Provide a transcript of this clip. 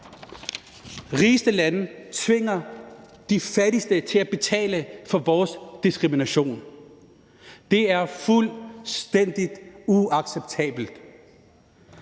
rigeste lande tvinger de fattigste til at betale for vores diskrimination. Det er fuldstændig uacceptabelt.